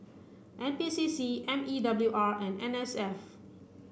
N P C C M E W R and N S F